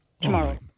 Tomorrow